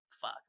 fuck